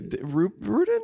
Rudin